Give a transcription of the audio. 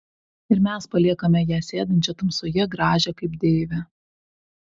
ir mes paliekame ją sėdinčią tamsoje gražią kaip deivę